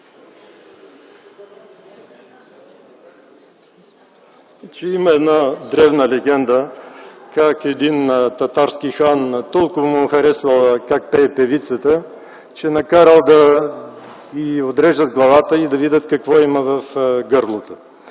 Има древна легенда как на един татарски хан толкова му харесало как пее певицата, че накарал да й отрежат главата, за да видят какво има в гърлото